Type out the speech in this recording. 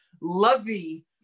lovey